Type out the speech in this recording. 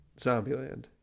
Zombieland